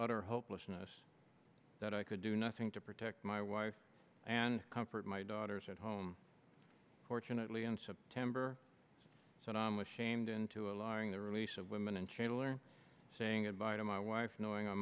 utter hopelessness that i could do nothing to protect my wife and comfort my daughters at home fortunately in september so tom was shamed into alarming the release of women and children saying goodbye to my wife knowing i